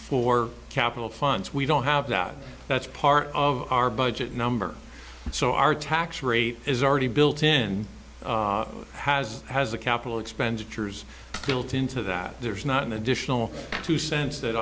for capital funds we don't have that that's part of our budget number so our tax rate is already built in has has a capital expenditures built into that there's not an additional two cents that